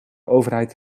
overheid